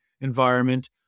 environment